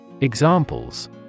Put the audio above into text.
Examples